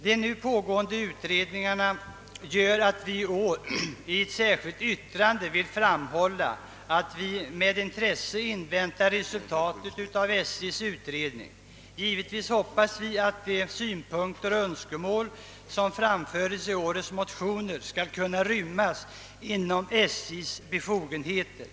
De nu pågående utredningarna gör att vi i år i ett särskilt yttrande velat framhålla, att vi med intresse inväntar resultatet av SJ:s utredning. Givetvis hoppas vi, att SJ skall ha befogenheter att tillgodose de önskemål som framförs i årets motioner.